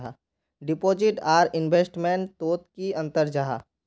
Deposit आर investment तोत की अंतर जाहा?